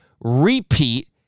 repeat